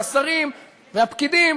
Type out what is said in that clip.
השרים והפקידים